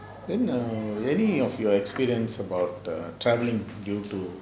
then err any of your experience about err travelling due to